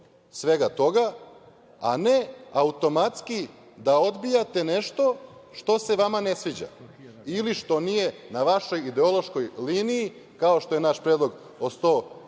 svega toga, a ne automatski da odbijate nešto što se vama ne sviđa ili što nije na vašoj ideološkoj liniji, kao što je naš predlog